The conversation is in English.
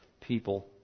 people